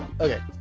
Okay